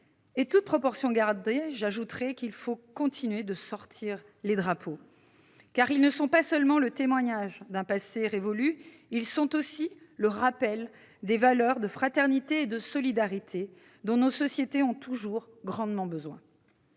et toutes proportions gardées, j'ajouterai qu'il faut continuer de sortir les drapeaux, car ils ne sont pas seulement le témoignage d'un passé révolu ; ils sont aussi le rappel des valeurs de fraternité et de solidarité dont nos sociétés ont toujours grandement besoin.